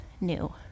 new